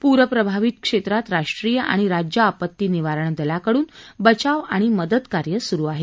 पूर प्रभावित क्षेत्रात राष्ट्रीय आणि राज्य आपत्ती निवारण दलाकडून बचाव आणि मदत कार्य सुरु आहे